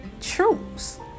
truths